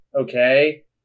okay